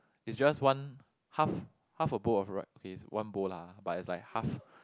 is just one half half a bowl of rice okay is one bowl lah but is half